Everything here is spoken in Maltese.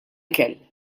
ikel